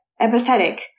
empathetic